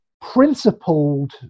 principled